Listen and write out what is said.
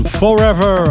forever